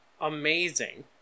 amazing